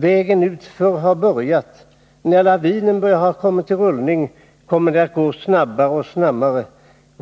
Vägen utför har börjat. När lavinen väl har satts i rörelse, kommer det att gå snabbare och snabbare.